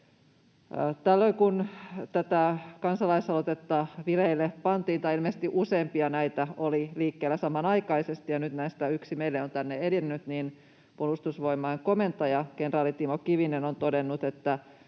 Tällöin kun tätä kansalaisaloitetta vireille pantiin — tai ilmeisesti useampia näitä oli liikkeellä samanaikaisesti ja nyt näistä yksi meille on tänne edennyt — niin Puolustusvoimain komentaja, kenraali Timo Kivinen on todennut, että